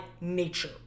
nature